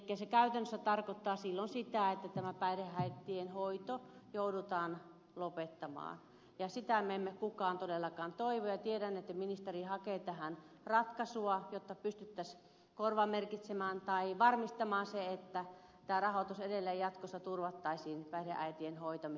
elikkä se käytännössä tarkoittaa silloin sitä että tämä päihdeäitien hoito joudutaan lopettamaan ja sitä me emme kukaan todellakaan toivo ja tiedän että ministeri hakee tähän ratkaisua jotta pystyttäisiin korvamerkitsemään tai varmistamaan se että tämä rahoitus edelleen jatkossa turvattaisiin päihdeäitien hoitamiseksi